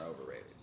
overrated